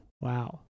Wow